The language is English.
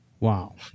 Wow